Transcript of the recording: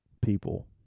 people